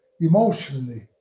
emotionally